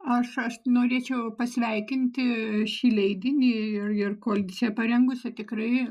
aš aš norėčiau pasveikinti šį leidinį ir ir koaliciją parengusią tikrai